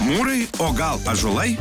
mūrai o gal ąžuolai